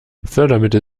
fördermittel